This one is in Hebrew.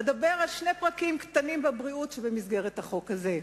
אדבר על שני פרקים קטנים בבריאות שבמסגרת החוק הזה.